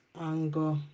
anger